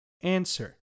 answer